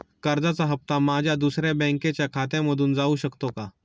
कर्जाचा हप्ता माझ्या दुसऱ्या बँकेच्या खात्यामधून जाऊ शकतो का?